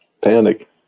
panic